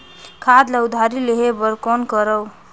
खाद ल उधारी लेहे बर कौन करव?